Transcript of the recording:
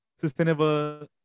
Sustainable